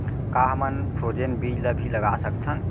का हमन फ्रोजेन बीज ला भी लगा सकथन?